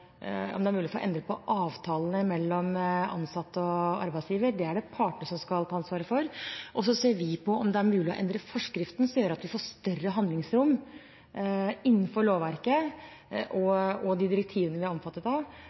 om det er mulig å få endret på avtalene mellom ansatte og arbeidsgiver. Det er det partene som skal ta ansvaret for. Så ser vi på om det er mulig å endre forskriften, som gjør at vi får større handlingsrom innenfor lovverket og de direktivene vi er omfattet av.